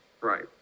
Right